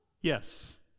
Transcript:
Yes